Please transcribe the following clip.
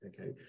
Okay